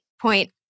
point